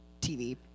TV